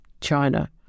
China